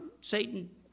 Satan